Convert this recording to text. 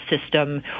system